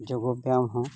ᱡᱳᱜᱽ ᱵᱮᱭᱟᱢ ᱦᱚᱸ